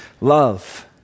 love